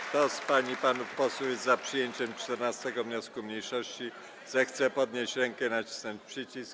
Kto z pań i panów posłów jest za przyjęciem 14. wniosku mniejszości, zechce podnieść rękę i nacisnąć przycisk.